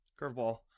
Curveball